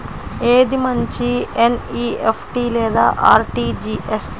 ఏది మంచి ఎన్.ఈ.ఎఫ్.టీ లేదా అర్.టీ.జీ.ఎస్?